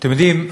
אתם יודעים,